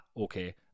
okay